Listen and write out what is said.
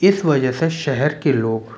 इस वजह से शहर के लोग